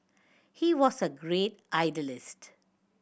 he was a great idealist